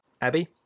Abby